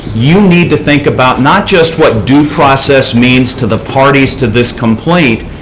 you need to think about not just what due process means to the parties to this complaint,